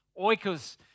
Oikos